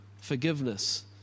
forgiveness